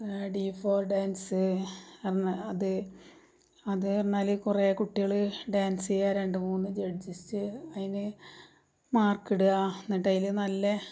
D four dance പറഞ്ഞാൽ അത് അത് പറഞ്ഞാൽ കുറേ കുട്ടികൾ ഡാൻസ് ചെയ്യുക രണ്ടുമൂന്ന് ജഡ്ജെസ്സ് അതിന് മാർക്കിടുക എന്നിട്ട് അതിൽ നല്ല